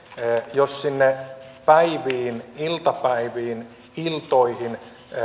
jos sinne päiviin iltapäiviin iltoihin